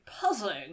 puzzling